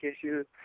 issues